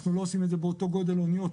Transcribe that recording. אנחנו לא עושים את זה באותו גודל אוניות,